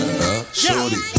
Shorty